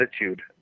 attitude